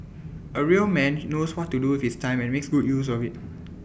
A real man knows what to do with his time and makes good use of IT